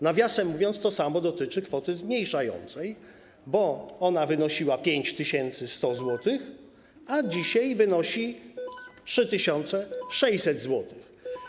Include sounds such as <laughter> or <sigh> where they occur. Nawiasem mówiąc, to samo dotyczy kwoty zmniejszającej, bo ona wynosiła 5100 zł, <noise> a dzisiaj wynosi 3600 zł.